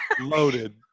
Loaded